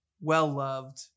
well-loved